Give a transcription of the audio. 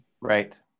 Right